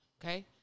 Okay